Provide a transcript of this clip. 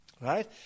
Right